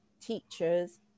teachers